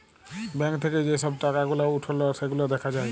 bank থাক্যে যে সব টাকা গুলা উঠল সেগুলা দ্যাখা যায়